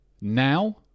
Now –